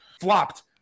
flopped